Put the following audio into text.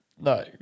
No